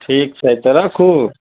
ठीक छै तऽ राखु